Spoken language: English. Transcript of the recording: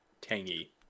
tangy